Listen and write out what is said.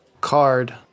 card